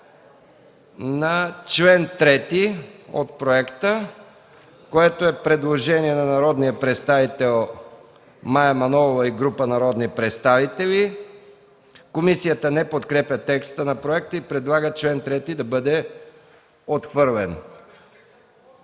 на чл. 3 от проекта, което е предложение на народния представител Мая Манолова и група народни представители. Комисията не подкрепя текста на проекта и предлага чл. 3 да бъде отхвърлен.